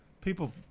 People